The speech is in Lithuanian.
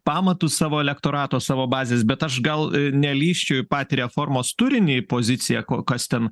pamatus savo elektorato savo bazės bet aš gal nelįsčiau į patį reformos turinį pozicija ko kas ten